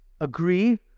agree